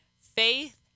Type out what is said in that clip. faith